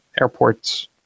airports